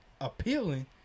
appealing